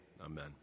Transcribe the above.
Amen